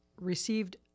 received